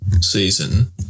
season